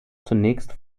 zunächst